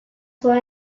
why